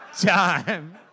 Time